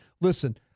Listen